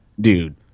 dude